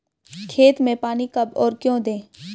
खेत में पानी कब और क्यों दें?